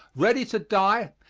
ready to die,